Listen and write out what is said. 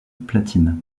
platine